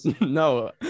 No